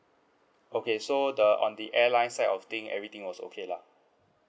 okay so the on the airline side of thing everything was okay lah